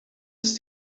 ist